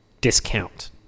discount